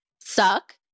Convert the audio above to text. suck